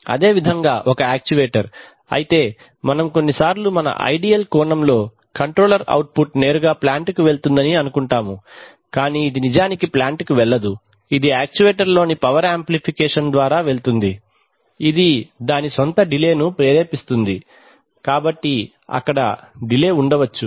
అదేవిధంగా ఒక యాక్చువేటర్ అయితే మనం కొన్నిసార్లు మన ఐడియల్ కోణం లో కంట్రోలర్ అవుట్పుట్ నేరుగా ప్లాంట్కు వెళుతుందని అనుకుంటాము కాని ఇది నిజానికి ప్లాంట్కు వెళ్ళదు ఇది యాక్చువేటర్ లోని పవర్ యాంప్లిఫికేషన్ ద్వారా వెళుతుంది ఇది దాని స్వంత డిలే ను ప్రేరేపిస్తుంది కాబట్టి అక్కడ డిలే ఉండవచ్చు